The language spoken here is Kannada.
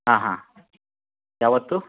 ಹಾಂ ಹಾಂ ಯಾವತ್ತು